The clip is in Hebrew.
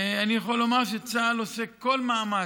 אני יכול לומר שצה"ל עושה כל מאמץ,